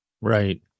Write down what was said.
Right